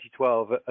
2012